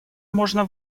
можно